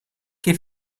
che